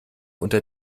unter